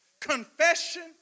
confession